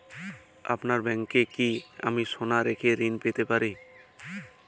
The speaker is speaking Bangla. আপনার ব্যাংকে কি আমি সোনা রেখে ঋণ পেতে পারি?